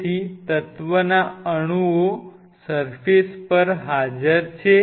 તેથી તત્વના અણુઓ સર્ફેસ પર હાજર છે